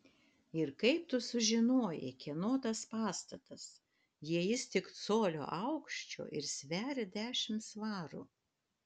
ir kaip tu sužinojai kieno tas pastatas jei jis tik colio aukščio ir sveria dešimt svarų